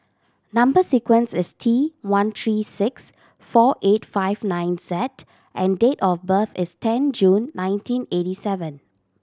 number sequence is T one three six four eight five nine Z and date of birth is ten June nineteen eighty seven